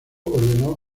ordenó